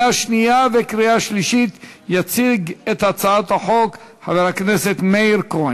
עברה בקריאה שלישית ותיכנס לספר החוקים של מדינת ישראל.